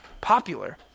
popular